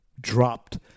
dropped